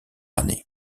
année